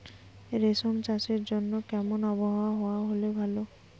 রেশম চাষের জন্য কেমন আবহাওয়া হাওয়া হলে ভালো?